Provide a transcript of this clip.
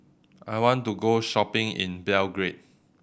I want to go shopping in Belgrade